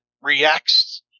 reacts